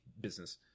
business